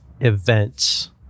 events